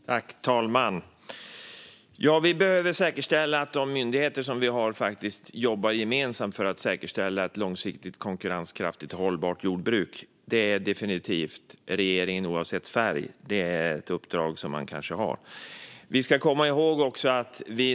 Fru talman! Vi behöver säkerställa att de myndigheter som vi har jobbar gemensamt för att säkerställa ett långsiktigt konkurrenskraftigt och hållbart jordbruk. Det är ett uppdrag som regeringen har, oavsett färg.